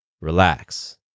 relax